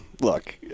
look